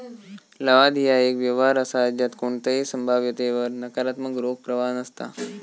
लवाद ह्या एक व्यवहार असा ज्यात कोणताही संभाव्यतेवर नकारात्मक रोख प्रवाह नसता